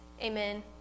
Amen